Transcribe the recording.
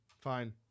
fine